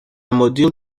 modules